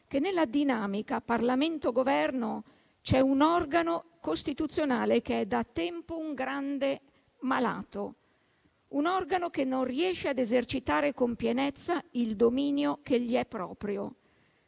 che nella dinamica Parlamento-Governo c'è un organo costituzionale che è da tempo un grande malato, un organo che non riesce ad esercitare con pienezza il dominio che gli è proprio.